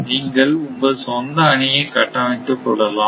நீங்கள் உங்கள் சொந்த அணியை கட்டமைத்துக் கொள்ளலாம்